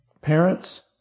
parents